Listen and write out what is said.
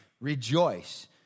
Rejoice